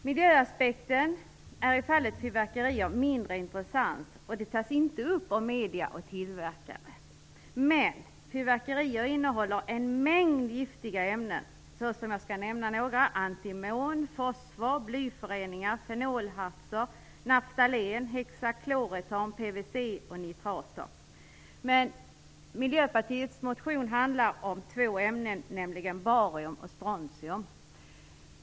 Miljöaspekten är i fallet fyrverkerier mindre intressant och tas inte upp av medier och tillverkare. Men fyrverkerier innehåller en mängd giftiga ämnen. Jag skall nämna några: antimon, fosfor, blyföreningar, fenolhartser, naftalen, hexakloretan, PVC och nitrater. Miljöpartiets motion handlar om två ämnen, nämligen barium och strontium.